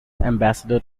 ambassador